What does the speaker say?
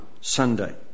Sunday